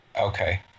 Okay